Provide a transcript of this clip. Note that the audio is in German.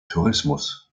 tourismus